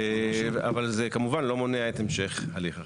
אבל זה כמובן לא מונע את המשך הליך החקיקה.